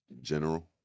general